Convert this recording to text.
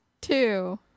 two